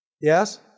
Yes